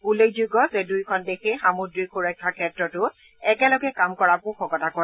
উল্লেখযোগ্য যে দুয়োখন দেশেই সামুদ্ৰিক সুৰক্ষাৰ ক্ষেত্ৰতো একেলগে কাম কৰাৰ পোষকতা কৰে